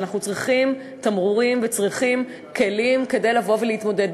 אנחנו צריכים תמרורים וצריכים כלים כדי לבוא ולהתמודד.